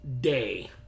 day